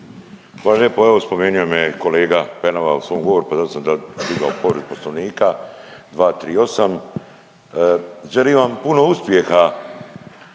Hvala lijepo. Evo, spomenio me je kolega Penava u svom govoru pa zato sam digao povredu Poslovnika, 238. Želim vam puno uspjeha